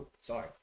Sorry